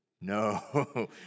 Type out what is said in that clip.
No